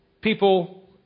people